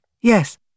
Yes